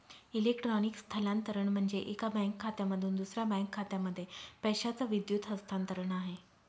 electronic स्थलांतरण म्हणजे, एका बँक खात्यामधून दुसऱ्या बँक खात्यामध्ये पैशाचं विद्युत हस्तांतरण आहे